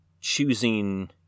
choosing